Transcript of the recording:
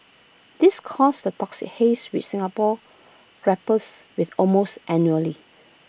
this causes the toxic haze which Singapore grapples with almost annually